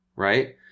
right